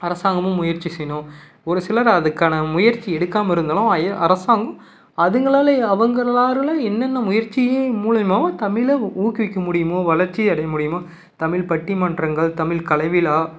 அரசாங்கமும் முயற்சி செய்யணும் ஒரு சிலர் அதுக்கான முயற்சி எடுக்காமல் இருந்தாலும் அ அரசாங்கம் அதுங்களால் அவங்கள்லாருலேயும் என்னென்ன முயற்சி மூலிமாவும் தமிழை ஊக்குவிக்க முடியும் வளர்ச்சி அடைய முடியும் தமிழ் பட்டிமன்றங்கள் தமிழ் கலைவிழா